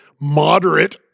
moderate